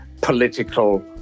political